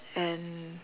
and